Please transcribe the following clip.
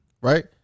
right